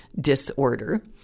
disorder